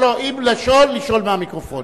לא, אם לשאול, לשאול מהמיקרופון.